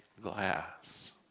glass